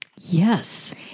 Yes